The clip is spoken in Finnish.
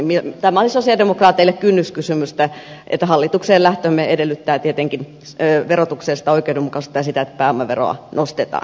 tämä oli sosialidemokraateille kynnyskysymys että hallitukseen lähtömme edellyttää tietenkin verotuksellista oikeudenmukaisuutta ja sitä että pääomaveroa nostetaan